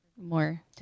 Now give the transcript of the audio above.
more